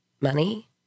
Money